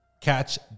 Catch